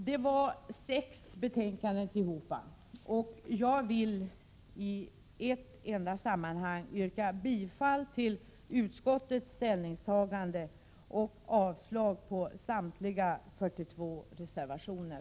Detta var sex betänkanden tillhopa. Jag vill i ett enda sammanhang yrka bifall till utskottets ställningstaganden och avslag på samtliga 42 reservationer.